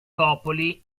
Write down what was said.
popoli